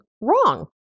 wrong